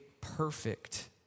perfect